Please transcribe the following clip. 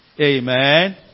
Amen